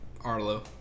Arlo